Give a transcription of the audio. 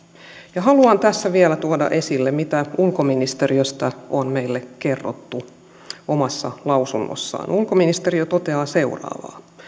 ja haluan tässä vielä tuoda esille mitä ulkoministeriöstä on meille kerrottu ministeriön omassa lausunnossa ulkoministeriö toteaa seuraavaa